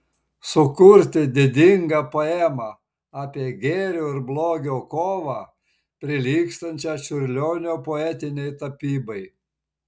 sukurti didingą poemą apie gėrio ir blogio kovą prilygstančią čiurlionio poetinei tapybai